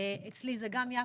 אצלי אלה גם יעקב,